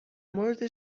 مورد